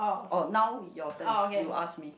oh now your turn you ask me